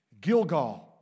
Gilgal